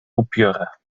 upiora